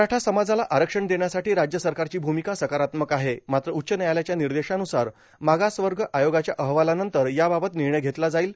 मराठा समाजाला आरक्षण देण्यासाठी राज्य सरकारची भूमिका सकारात्मक आहे मात्र उच्च व्यायालयाच्या निर्देशानुसार मागास वर्ग आयोगाच्या अहवालानंतर याबाबत निर्णय घेतला जाईल